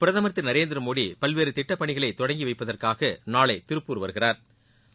பிரதம் திருநரேந்திரமோடிபல்வேறுதிட்டப்பணிகளைதொடங்கிவைப்பதற்காகநாளைதிருப்பூர் வருகிறா்